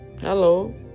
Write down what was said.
Hello